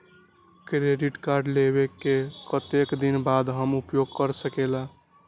Credit card लेबे के कतेक दिन बाद हम उपयोग कर सकेला?